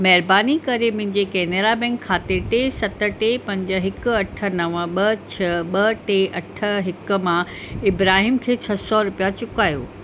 महिरबानी करे मुंहिंजे केनरा बैंक खाते टे सत टे पंज हिकु अठ नव ॿ छह ॿ टे अठ हिकु मां इब्राहिम खे छह सौ रुपिया चुकायो